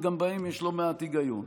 וגם בהם יש לא מעט היגיון.